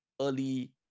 early